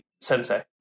sensei